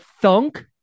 thunk